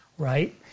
Right